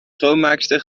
schoonmaakster